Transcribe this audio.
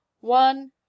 one